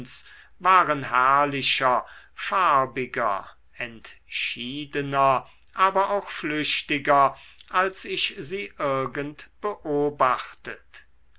waren herrlicher farbiger entschiedener aber auch flüchtiger als ich sie irgend beobachtet